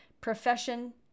profession